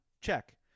check